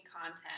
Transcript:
content